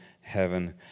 heaven